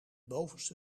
bovenste